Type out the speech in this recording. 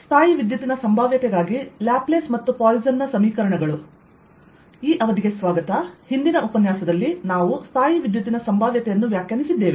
ಸ್ಥಾಯೀವಿದ್ಯುತ್ತಿನ ಸಂಭಾವ್ಯತೆಗಾಗಿ ಲ್ಯಾಪ್ಲೇಸ್ ಮತ್ತು ಪಾಯ್ಸನ್ ನ ಸಮೀಕರಣಗಳು ಹಿಂದಿನ ಉಪನ್ಯಾಸದಲ್ಲಿ ನಾವು ಸ್ಥಾಯೀವಿದ್ಯುತ್ತಿನ ಸಂಭಾವ್ಯತೆಯನ್ನು ವ್ಯಾಖ್ಯಾನಿಸಿದ್ದೇವೆ